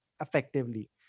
effectively